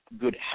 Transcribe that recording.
good